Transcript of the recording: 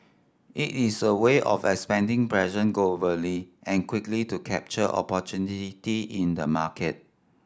it is a way of expanding presence globally and quickly to capture opportunity in the market